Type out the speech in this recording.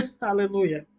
hallelujah